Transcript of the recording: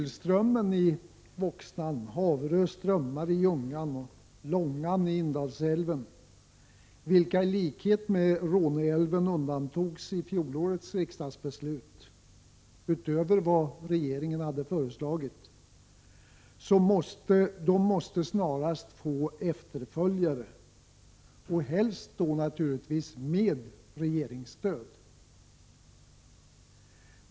Hylströmmen i Voxnan, Haverö strömmar i Ljungan och Långan i Indalsälven som i likhet med Råneälven undantogs i fjolårets riksdagsbeslut — vilket inte regeringen hade föreslagit — måste snarast få efterföljare, helst med regeringens stöd.